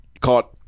caught